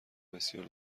بسیار